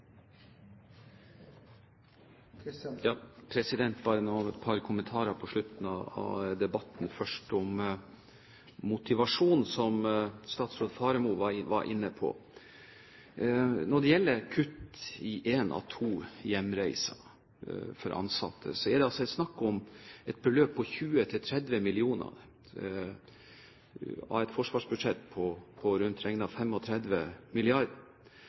Bare et par kommentarer på slutten av debatten – først om motivasjon, som statsråd Faremo var inne på. Når det gjelder å kutte én av to hjemreiser for ansatte, er det altså snakk om et beløp på 20–30 mill. kr av et forsvarsbudsjett på rundt